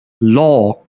law